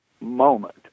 moment